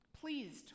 pleased